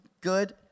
good